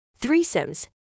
Threesomes